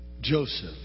Joseph